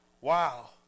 Wow